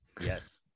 Yes